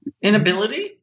inability